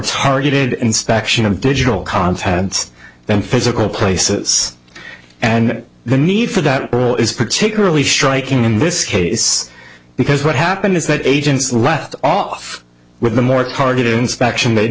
targeted inspection of digital content than physical places and the need for that rule is particularly striking in this case because what happened is that agents left off with a more targeted inspection they'd